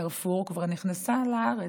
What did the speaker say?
כבר נכנסה לארץ.